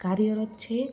કાર્યરત છે